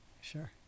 Sure